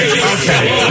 Okay